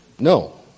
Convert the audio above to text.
No